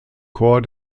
chor